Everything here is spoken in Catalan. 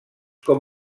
com